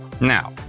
Now